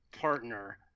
partner